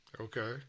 Okay